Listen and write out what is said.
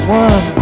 one